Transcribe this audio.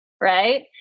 Right